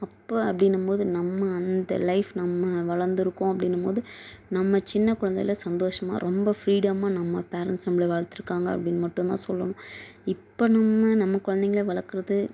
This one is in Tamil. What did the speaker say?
அப்போ அப்படின்னும்போது நம்ம அந்த லைஃப் நம்ம வளர்ந்துருக்கோம் அப்படின்னும்போது நம்ம சின்ன குழந்தைல சந்தோஷமாக ரொம்ப ஃப்ரீடமாக நம்ம பேரண்ட்ஸ் நம்மளை வளர்த்துருக்காங்க அப்படின்னு மட்டும் தான் சொல்லணும் இப்போ நம்ம நம்ம குழந்தைங்கள வளர்க்கறது